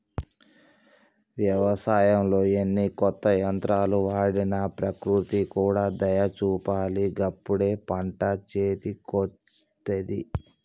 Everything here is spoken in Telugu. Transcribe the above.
వ్యవసాయంలో ఎన్ని కొత్త యంత్రాలు వాడినా ప్రకృతి కూడా దయ చూపాలి గప్పుడే పంట చేతికొస్తది